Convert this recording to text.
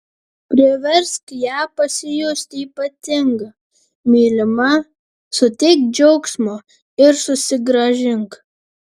priversk ją pasijusti ypatinga mylima suteik džiaugsmo ir susigrąžink